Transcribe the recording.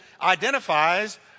identifies